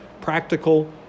practical